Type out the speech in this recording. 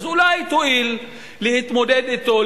אולי תואיל להתמודד אתו,